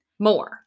More